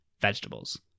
vegetables